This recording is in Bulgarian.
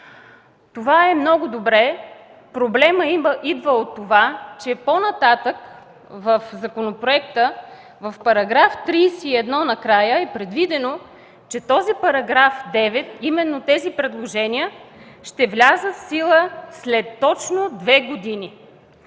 Това е много добре. Проблемът идва от това, че по-нататък в законопроекта в § 31 накрая е предвидено, че този § 9, именно тези предложения ще влязат в сила точно след две години.